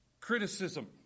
criticism